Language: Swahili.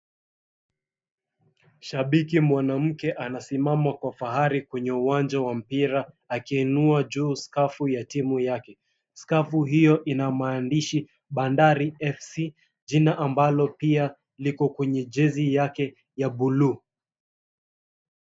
Shabiki mwanamke anasimama kwa fahari kwenye uwanja wa mpira akiinua juu skafu ya timu yake. Skafu hii ina maandishi Bandari FC, jina ambalo pia liko kwenye jezi yake ya buluu.